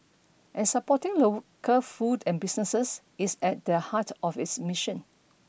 and supporting local food and businesses is at the heart of its mission